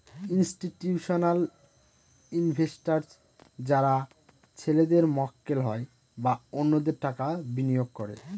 institutional investors যারা ছেলেদের মক্কেল হয় বা অন্যদের টাকা বিনিয়োগ করে